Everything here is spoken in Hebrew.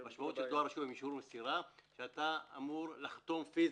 המשמעות של דואר רשום עם אישור מסירה שאתה אמור לחתום פיזית,